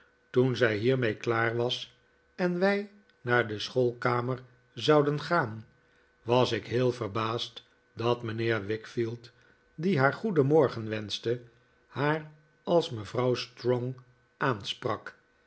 toen zij hiermee klaar was en wij naar de schoolkamer zouden gaan was ik heel verbaasd dat mijnheer wickfield die naar goedenmorgen wenschte haar als mevrouw strong aansprak